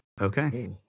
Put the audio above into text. Okay